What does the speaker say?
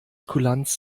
kulanz